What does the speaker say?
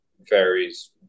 varies